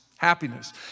happiness